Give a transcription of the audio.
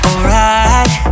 Alright